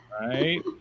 right